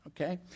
Okay